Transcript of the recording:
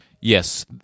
Yes